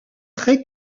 pré